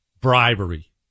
bribery